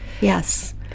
Yes